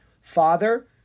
Father